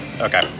okay